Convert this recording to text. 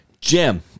Jim